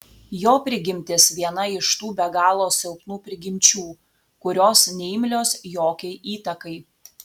jo prigimtis viena iš tų be galo silpnų prigimčių kurios neimlios jokiai įtakai